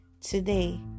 Today